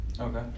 Okay